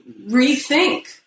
rethink